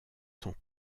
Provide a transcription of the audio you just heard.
sont